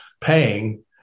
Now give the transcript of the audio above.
paying